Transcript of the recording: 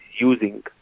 using